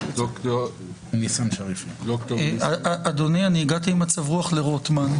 אדוני, אני הגעתי עם מצב רוח לרוטמן.